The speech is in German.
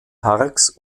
parks